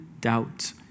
doubt